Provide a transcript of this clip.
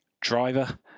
driver